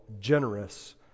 generous